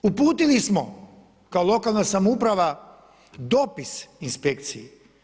Uputili smo kao lokalna samouprava dopis inspekciji.